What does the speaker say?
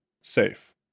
Safe